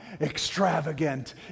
extravagant